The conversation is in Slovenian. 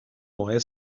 moje